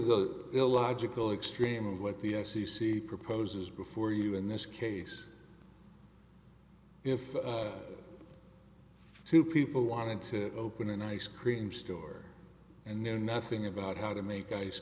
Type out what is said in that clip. the illogical extreme of what the f c c proposes before you in this case if two people wanted to open an ice cream store and knew nothing about how to make ice